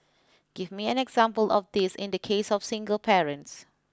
give me an example of this in the case of single parents